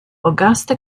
augusta